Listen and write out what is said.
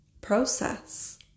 process